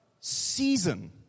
season